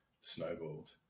snowballed